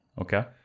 Okay